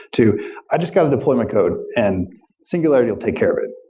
to i just got to deploy my code and singularity will take care of it.